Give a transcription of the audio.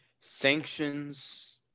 sanctions